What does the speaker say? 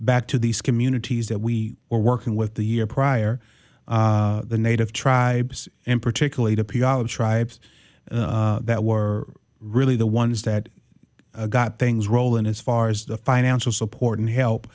back to these communities that we were working with the year prior the native tribes and particularly the tribes that were really the ones that got things rolling as far as the financial support and